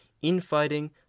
infighting